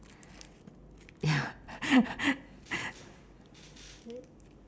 ya